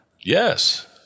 Yes